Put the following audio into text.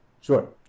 sure